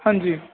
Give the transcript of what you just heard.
ਹਾਂਜੀ